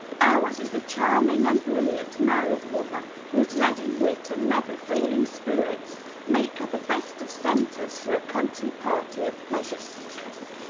ours is a charming and brilliant married woman, whose ready wit and never-failing spirits make her the best of centres for a country party of pleasure-seekers.